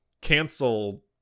cancel